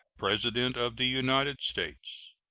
president of the united states,